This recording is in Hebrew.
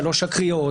שלוש הקריאות,